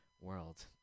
world